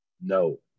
No